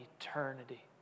eternity